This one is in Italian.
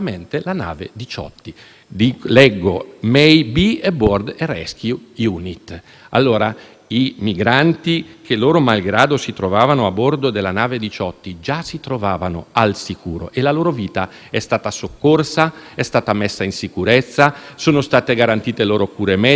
I migranti che, loro malgrado, si trovavano a bordo della nave Diciotti già si trovavano al sicuro e la loro vita è stata soccorsa, è stata messa in sicurezza, sono state garantite loro cure mediche, assistenza psicologica, c'erano a bordo mediatori culturali e sono stati rifocillati e seguiti in tutto.